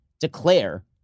declare